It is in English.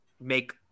make